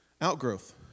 outgrowth